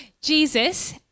Jesus